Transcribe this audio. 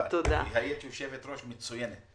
היית יושבת-ראש מצוינת.